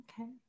okay